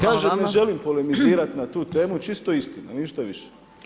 Kažem ne želim polemizirati na tu temu, čisto istina, ništa više.